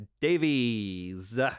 Davies